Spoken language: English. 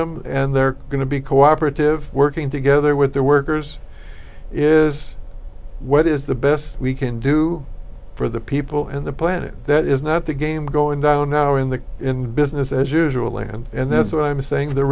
them and they're going to be co operative working together with their workers is what is the best we can do for the people and the planet that is not the game going down now in the in the business as usual land and that's what i'm saying the